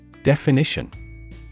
Definition